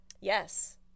Yes